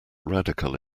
radical